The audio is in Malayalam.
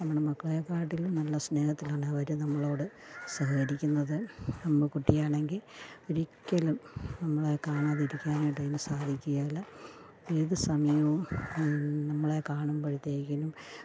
നമ്മുടെ മക്കളേക്കാട്ടിലും നല്ല സ്നേഹത്തിലാണവർ നമ്മളോട് സഹകരിക്കുന്നത് അമ്മുക്കുട്ടിയാണെങ്കിൽ ഒരിക്കലും നമ്മളെ കാണാതിരിക്കാനായിട്ട് അതിനു സാധിക്കുകയില്ല ഏതു സമയവും നമ്മളെ കാണുമ്പോഴത്തേക്കിനും